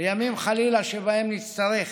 לימים שבהם נצטרך,